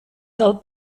del